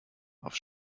auf